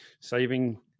saving